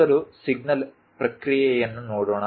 ಮೊದಲು ಸಿಗ್ನಲ್ ಪ್ರಕ್ರಿಯೆಯನ್ನು ನೋಡೋಣ